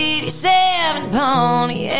87-pony